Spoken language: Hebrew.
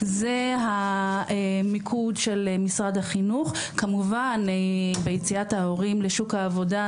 ואנחנו מודעים לכל הבעיות הכרוכות